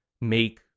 make